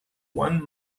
one